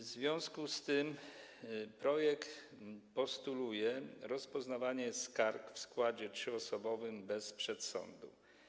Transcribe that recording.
W związku z tym projekt postuluje rozpoznawanie skarg w składzie trzyosobowym bez przedsądu.